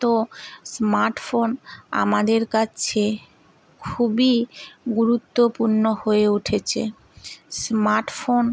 তো smart phone আমাদের কাছে খুবই গুরুত্বপূর্ণ হয়ে উঠেছে স্মার্ট ফোন